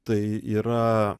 tai yra